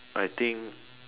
I think